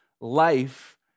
life